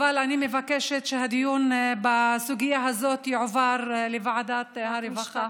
אבל אני מבקשת שהדיון בסוגיה הזאת יועבר לוועדת הרווחה,